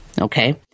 Okay